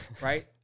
Right